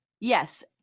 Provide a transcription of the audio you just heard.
Yes